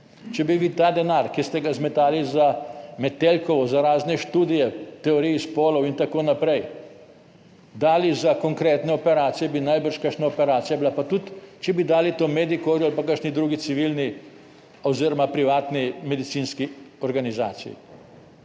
Če bi vi ta denar, ki ste ga zmetali za Metelkovo, za razne študije, teoriji spolov in tako naprej, dali za konkretne operacije bi najbrž kakšna operacija bila, pa tudi če bi dali to Medikorju, pa kakšni drugi civilni oziroma privatni medicinski organizaciji.